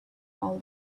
all